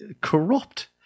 corrupt